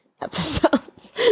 episodes